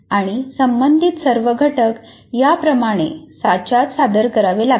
आणि संबंधित सर्व घटक या प्रमाणे साच्यात सादर करावे लागतील